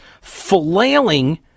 flailing